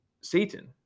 Satan